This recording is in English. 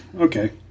okay